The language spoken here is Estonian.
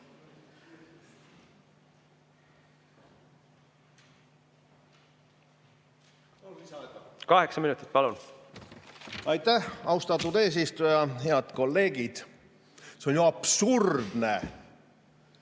Kaheksa minutit, palun! Aitäh, austatud eesistuja! Head kolleegid! See on ju absurdne,